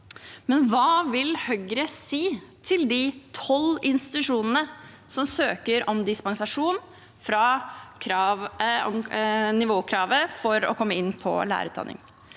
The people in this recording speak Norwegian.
Men hva vil Høyre si til de 12 institusjonene som søker om dispensasjon fra nivåkravet for å komme inn på lærerutdanningen?